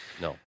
No